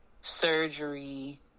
surgery